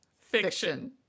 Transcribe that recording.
fiction